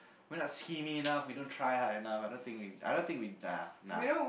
we not skinny enough we don't try hard enough I don't think we I don't think we nah nah